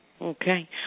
Okay